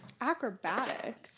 Acrobatics